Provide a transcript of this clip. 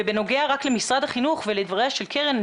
ובנוגע למשרד החינוך ולדבריה של קרן,